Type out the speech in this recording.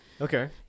Okay